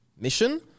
mission